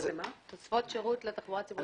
לתוספות שירות לתחבורה הציבורית בירושלים.